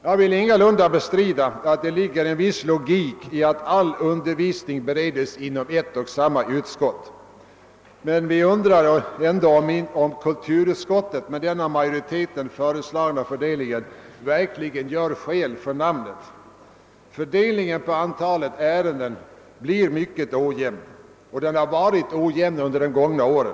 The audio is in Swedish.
Jag vill ingalunda bestrida att det ligger en viss logik i att all undervisning bereds inom ett och samma utskott, men vi undrar ändå om kulturutskottet med den av majoriteten föreslagna fördelningen verkligen gör skäl för namnet. Fördelningen av ärendena blir mycket ojämn, och den har varit ojämn under de gångna åren.